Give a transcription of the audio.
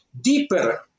deeper